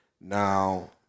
now